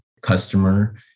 customer